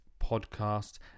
podcast